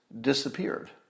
disappeared